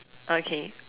okay